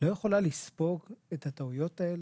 לא יכולה לספוג את הטעויות האלה?